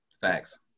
Facts